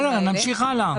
בסדר, נמשיך הלאה.